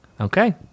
Okay